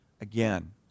Again